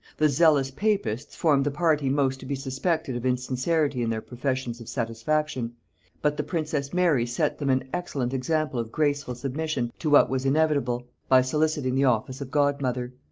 the zealous papists formed the party most to be suspected of insincerity in their professions of satisfaction but the princess mary set them an excellent example of graceful submission to what was inevitable, by soliciting the office of godmother.